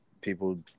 people